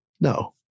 No